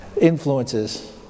influences